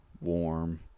warm